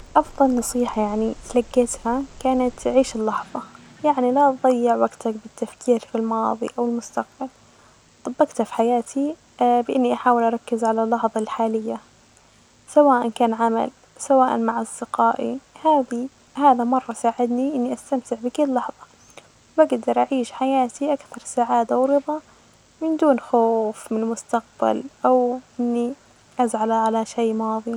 أفظل نصيحة يعني تلجيتها كانت عيش اللحظة يعني لا تظيع وجتك في التفكير بالماضي أو المستجبل، طبجت في حياتي بإني أحاول أركز علي اللحظة الحخالية سواءا كان عمل سواءا مع أصدقائي، هذه هذا مرة ساعدني إني أستمتع لابكل لحظة وأجدر أعيش حياتي أكثر سعادة ورضا بدون خوف من مستقبل أو إني أزعل علي شئ ماظي.